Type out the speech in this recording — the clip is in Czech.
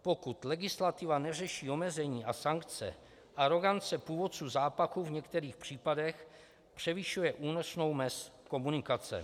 Pokud legislativa neřeší omezení a sankce, arogance původců zápachu v některých případech převyšuje únosnou mez komunikace.